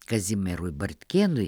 kazimierui bartkėnui